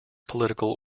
political